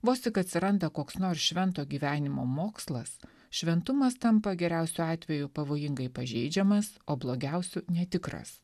vos tik atsiranda koks nors švento gyvenimo mokslas šventumas tampa geriausiu atveju pavojingai pažeidžiamas o blogiausiu netikras